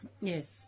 Yes